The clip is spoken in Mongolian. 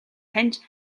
таньж